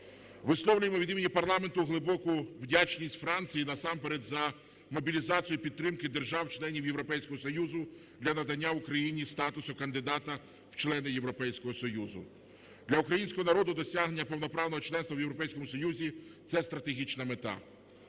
Висловлюємо від імені парламенту глибоку вдячність Франції насамперед за мобілізацію підтримки держав-членів Європейського Союзу для надання Україні статусу кандидата в члени Європейського Союзу. Для українського народу досягнення повноправного членства в Європейському Союзу – це стратегічна мета.